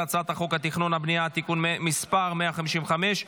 הצעת חוק התכנון והבנייה (תיקון מס' 155),